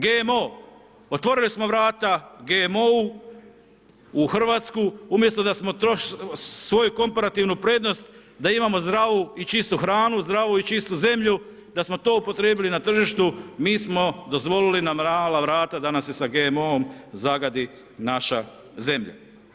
GMO, otvorili smo vrata GMO-u u Hrvatsku umjesto da smo svoju komparativnu prednost da imamo zdravu i čistu hranu, zdravu i čistu zemlju, da smo to upotrijebili na tržištu mi smo dozvolili ... da nam se sa GMO-om zagadi naša zemlja.